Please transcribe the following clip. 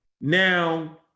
now